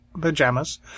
pajamas